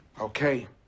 Okay